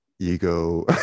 ego